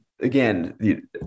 Again